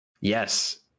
yes